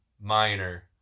minor